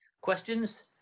questions